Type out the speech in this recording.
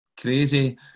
crazy